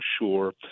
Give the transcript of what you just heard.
sure